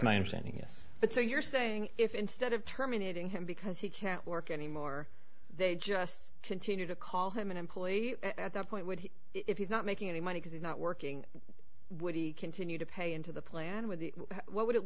my understanding yes but so you're saying if instead of terminating him because he can't work anymore they just continue to call him an employee at that point would he if he's not making any money because he's not working would he continue to pay into the plan with what would it